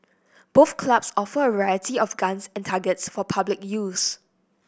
both clubs offer a variety of guns and targets for public use